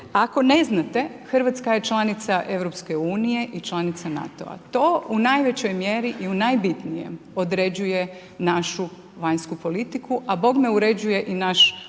Ako ne znate, Hrvatska je članica EU-a i članica NATO-a. To u najvećoj mjeri i u najbitnijem određuje našu vanjsku politiku a bogme uređuje i naš unutar